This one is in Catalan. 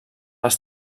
les